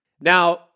Now